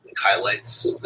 highlights